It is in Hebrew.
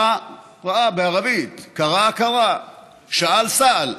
ראה ראה בערבית, קרא, קרא, שאל, סאל,